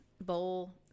bowl